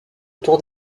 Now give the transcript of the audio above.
autour